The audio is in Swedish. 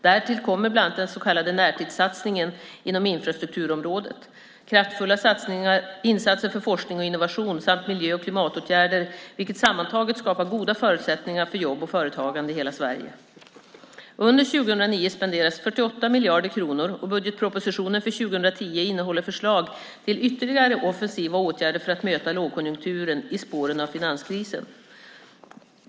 Därtill kommer bland annat den så kallade närtidssatsningen inom infrastrukturområdet, kraftfulla insatser för forskning och innovation samt miljö och klimatåtgärder, vilket sammantaget skapar goda förutsättningar för jobb och företagande i hela Sverige. Under 2009 spenderas 48 miljarder kronor, och budgetpropositionen för 2010 innehåller förslag till ytterligare offensiva åtgärder för att möta lågkonjunkturen i spåren av finanskrisen.